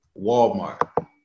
Walmart